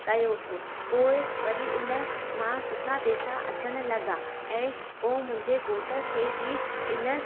कयोसि पोइ वरी इन मां सुठा पैसा अचण लॻा ऐं पो मुंहिंजे घोट खे बी इन